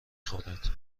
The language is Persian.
خورد